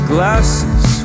Glasses